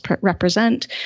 represent